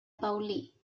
paulí